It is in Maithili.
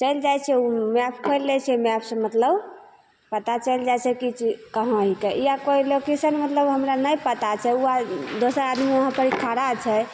चलि जाइ छिए ओहिमे मैप खोलि लै छिए मैपसे मतलब पता चलि जाइ छै कि से कहाँ मिलतै ई एप कोइ लोकेशन मतलब हमरा नहि पता छै ओ आओर दोसर आदमी वहाँपर खड़ा छै